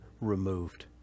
removed